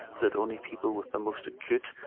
so that only people with the most acute,